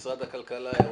נשמע הערות.